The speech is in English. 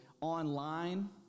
online